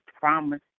promise